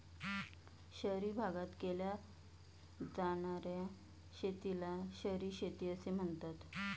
शहरी भागात केल्या जाणार्या शेतीला शहरी शेती असे म्हणतात